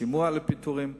שימוע לפיטורים,